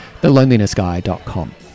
thelonelinessguy.com